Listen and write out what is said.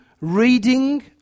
reading